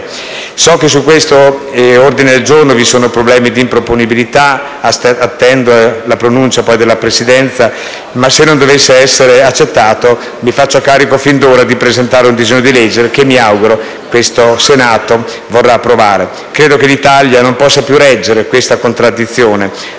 So che su questo ordine del giorno vi sono problemi di improponibilità, e attendo la pronuncia della Presidenza; se non dovesse essere accettato, mi faccio però carico fin d'ora di presentare un disegno di legge che, mi auguro, questo Senato vorrà approvare. L'Italia non può più reggere questa contraddizione: